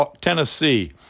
Tennessee